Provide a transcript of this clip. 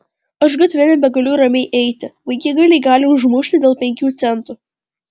aš gatve nebegaliu ramiai eiti vaikigaliai gali užmušti dėl penkių centų